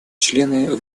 члены